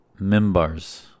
mimbars